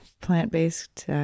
Plant-based